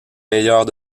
meilleurs